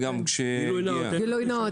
גילוי נאות.